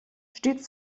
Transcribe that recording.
stets